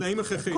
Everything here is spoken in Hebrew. תנאים הכרחיים.